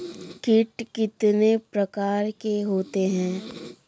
कीट कितने प्रकार के होते हैं?